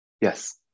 Yes